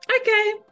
Okay